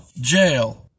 jail